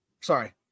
Sorry